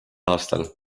aastal